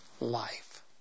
life